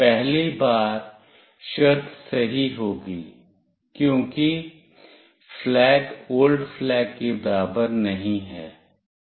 पहली बार शर्त सही होगी क्योंकि flag old flag के बराबर नहीं है